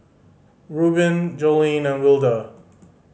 Rubin Joleen and Wilda